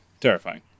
terrifying